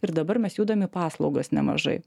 ir dabar mes judam į paslaugas nemažai